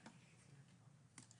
בגלל קוצר